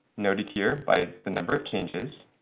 noted here by the number of changes.